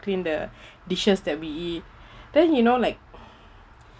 clean the dishes that we eat then you know like